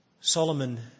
Solomon